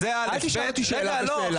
אל תשאל אותי שאלה בשאלה.